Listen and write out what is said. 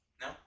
No